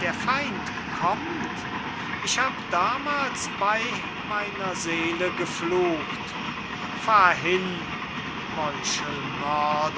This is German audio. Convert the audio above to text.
der feind kommt ich hab damals bey meiner seele geflucht fahr hin